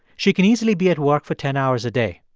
she can easily be at work for ten hours a day.